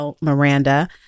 Miranda